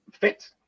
fit